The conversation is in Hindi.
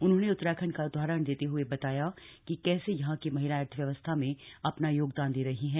उन्होंने उत्तराखण्ड का उदाहरण देते हुए बताया कि कैसे यहां की महिलाएं अर्थव्यवस्था में अपना योगदान दे रही हैं